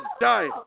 die